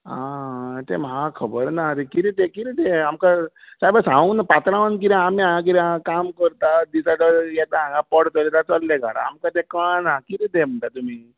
आं तें म्हाका खबर ना कितें तें कितें तें आमकां सायबा सांगूंक ना पात्रांवान आमी हांगा कितें आहा काम कोरतात दिसवाड्याक येतात हांगा पोठ चलयता चल्ले घारा आमकां तें कळना कितें तें म्हणटा तुमी